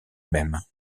même